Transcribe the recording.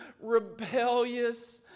rebellious